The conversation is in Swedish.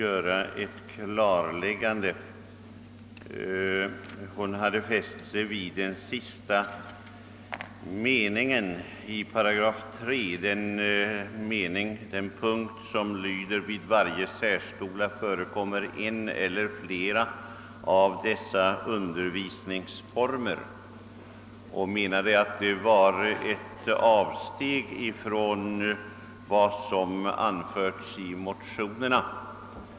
Fru Ryding fäste sig vid den mening i 38, som enligt reservanternas förslag skall lyda på följande sätt: »Vid varje särskola förekommer en eller flera av dessa undervisningsformer.» Fru Ryding menade att detta innebär ett avsteg från vad som anförts i motionerna.